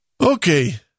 Okay